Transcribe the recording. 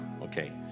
okay